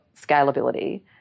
scalability